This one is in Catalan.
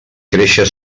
créixer